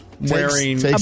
wearing